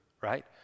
right